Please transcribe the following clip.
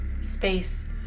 space